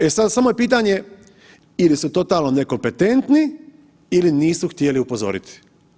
E sada samo je pitanje ili su totalno nekompetentni ili nisu htjeli upozoriti.